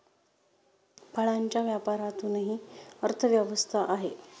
फळांच्या व्यापारातूनही अर्थव्यवस्था आहे